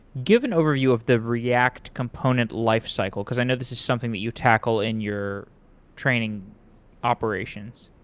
give an overview of the react component lifecycle, because i know this is something that you tackle in your training operations.